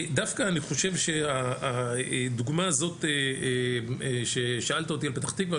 דווקא אני חושב שהדוגמא הזאת ששאלת אותי על פתח תקווה,